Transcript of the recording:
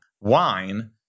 wine